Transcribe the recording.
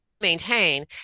maintain